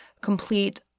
complete